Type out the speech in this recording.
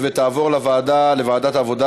לוועדת העבודה,